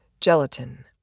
gelatin